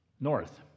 north